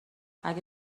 اگه